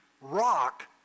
rock